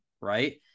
right